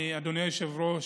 אדוני היושב-ראש,